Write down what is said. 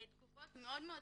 תגובות מאוד שליליות,